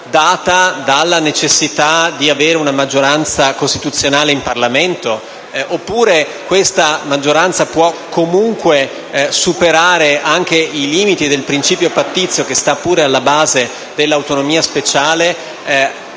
data dalla necessità di avere una maggioranza costituzionale in Parlamento? Oppure questa maggioranza può comunque superare anche i limiti del principio pattizio, che sta pure alla base dell'autonomia speciale,